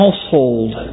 household